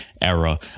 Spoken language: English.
era